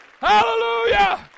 hallelujah